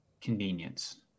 convenience